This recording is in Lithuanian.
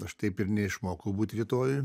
aš taip ir neišmokau būti rytojuj